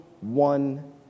one